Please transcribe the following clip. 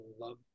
love